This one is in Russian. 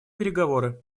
переговоры